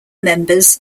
members